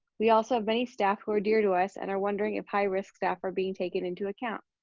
we also have many staff who are dear to us and are wondering if high risk staff are being taken into account.